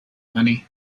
money